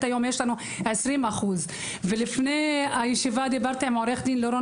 והיום יש לנו 20%. לפני הישיבה דיברתי עם עורך הדין לירון